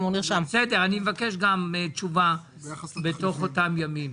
אני מבקש תשובה בתוך אותם ימים.